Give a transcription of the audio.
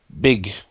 big